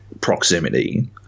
proximity